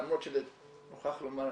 למרות שאני מוכרח לומר,